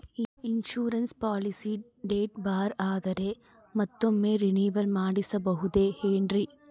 Insurance policy date ಬಾರ್ ಆದರೆ ಮತ್ತೊಮ್ಮೆ ರಿನಿವಲ್ ಮಾಡಿಸಬಹುದೇ ಏನ್ರಿ?